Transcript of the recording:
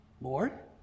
Lord